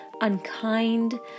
unkind